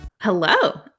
hello